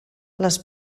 les